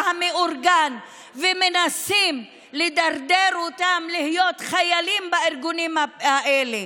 המאורגן ומנסות לדרדר אותם להיות חיילים בארגונים האלה.